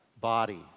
body